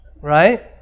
Right